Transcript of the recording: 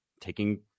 taking